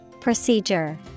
Procedure